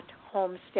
Homestead